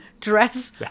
Dress